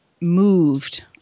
moved